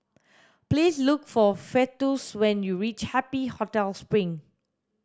please look for Festus when you reach Happy Hotel Spring